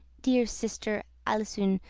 deare sister alisoun,